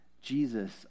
Jesus